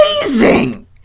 amazing